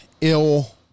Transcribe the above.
ill